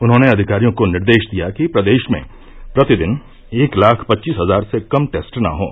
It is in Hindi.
उन्होंने अधिकारियों को निर्देश दिया कि प्रदेश में प्रतिदिन एक लाख पच्चीस हजार से कम टेस्ट न हों